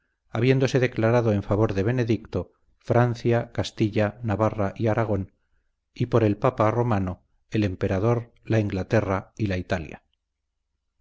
habiéndose declarado en favor de benedicto francia castilla navarra y aragón y por el papa romano el emperador la inglaterra y la italia